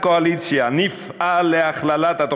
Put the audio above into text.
אדוני: ממשלת ישראל החליטה בשנה שעברה על גיבוש